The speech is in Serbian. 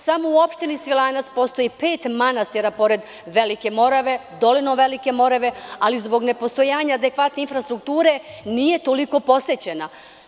Smo u opštini Svilajnac postoji pet manastira pored Velike Morave, doline Velike Morave, ali zbog nepostojanja adekvatne infrastrukture nisu toliko posećeni.